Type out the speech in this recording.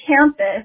campus